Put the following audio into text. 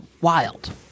wild